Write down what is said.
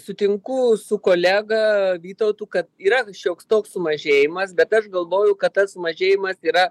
sutinku su kolega vytautu kad yra šioks toks sumažėjimas bet aš galvoju kad tas mažėjimas yra